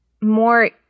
more